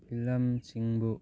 ꯐꯤꯂꯝꯁꯤꯡꯕꯨ